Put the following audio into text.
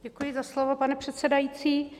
Děkuji za slovo, pane předsedající.